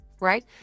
Right